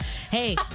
Hey